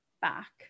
back